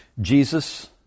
Jesus